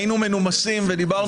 לבועה התל-אביבית וסביבתה.